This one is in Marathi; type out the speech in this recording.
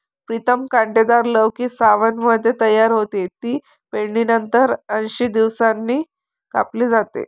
प्रीतम कांटेदार लौकी सावनमध्ये तयार होते, ती पेरणीनंतर ऐंशी दिवसांनी कापली जाते